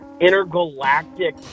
intergalactic